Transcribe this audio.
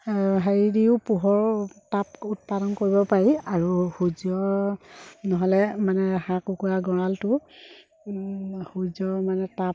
হেৰি দিও পোহৰ তাপ উৎপাদন কৰিব পাৰি আৰু সূৰ্য নহ'লে মানে হাঁহ কুকুৰা গড়ালটো সূৰ্য মানে তাপ